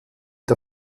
der